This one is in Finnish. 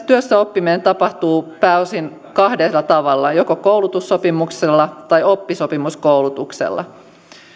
työssäoppiminen tapahtuu pääosin kahdella tavalla joko koulutussopimuksella tai oppisopimuskoulutuksella